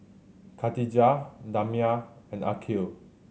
Katijah Damia and Aqil